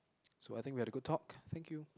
so I think we had a good talk thank you